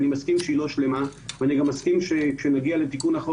אני מסכים שהיא לא שלמה ואני גם מסכים שכשנגיע לתיקון החוק